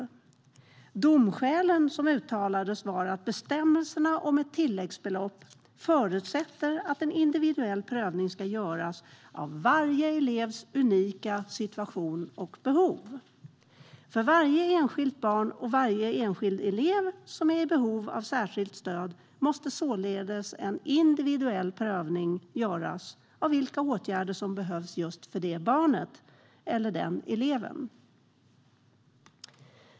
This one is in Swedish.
Domskälen som uttalades var bland annat att bestämmelserna om tilläggsbelopp förutsätter att en individuell prövning ska göras av varje elevs unika situation och behov. För varje enskilt barn och varje enskild elev som är i behov av särskilt stöd måste således en individuell prövning göras av vilka åtgärder som behövs för just det barnet eller den eleven.